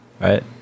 Right